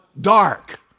dark